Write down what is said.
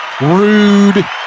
Rude